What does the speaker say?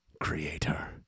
Creator